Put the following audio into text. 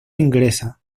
inglesa